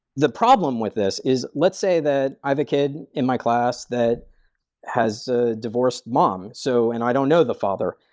the problem with this is let's say that i have a kid in my class that has a divorced mom, so and i don't know the father.